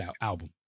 album